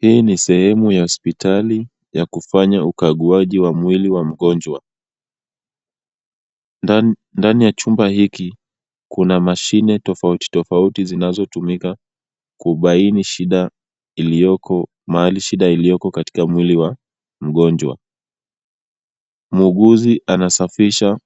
Hii ni sehemu ya hospitali ya kufanya ukaguaji wa mwili wa mgonjwa. Ndani ya chumba hiki, kuna mashine tofauti tofauti zinazotumika kubaini mahali shida iliyoko katika mwili wa mgonjwa. Muuguzi anasafisha